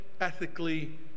ethically